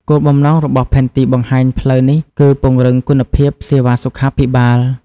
គោលបំណងរបស់ផែនទីបង្ហាញផ្លូវនេះគឺពង្រឹងគុណភាពសេវាសុខាភិបាល។